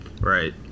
right